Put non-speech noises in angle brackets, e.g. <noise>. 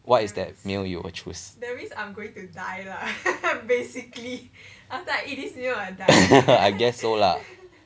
what is that meal you will choose <laughs> I guess so lah